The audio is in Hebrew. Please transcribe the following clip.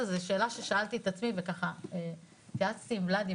זו שאלה ששאלתי את עצמי והתייעצתי עם ח"כ ולדימיר,